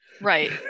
right